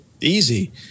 easy